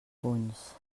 punts